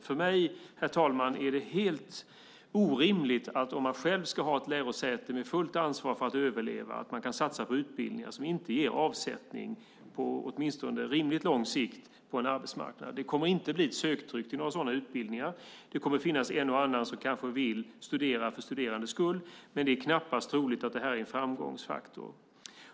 För mig, herr talman, är det orimligt att ett lärosäte med fullt ansvar för att överleva satsar på utbildningar som inte ger avsättning på åtminstone rimligt lång sikt på en arbetsmarknad. Det kommer inte att bli ett söktryck till sådana utbildningar. Det kommer kanske att finnas en och annan som vill studera för studerandets skull, men det är knappast troligt att det blir en framgångsfaktor.